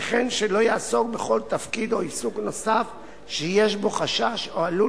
וכן שלא יעסוק בכל תפקיד או עיסוק נוסף שיש בו חשש או שהוא עלול